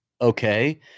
okay